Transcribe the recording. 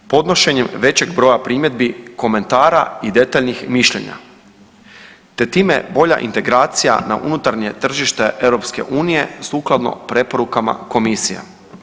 Podnošenjem većeg broja primjedbi, komentara i detaljnih mišljenja te time bolja integracija na unutarnje tržište EU sukladno preporukama komisija.